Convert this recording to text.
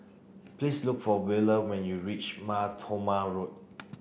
please look for Wheeler when you reach Mar Thoma Road